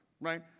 right